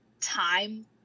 time